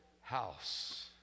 house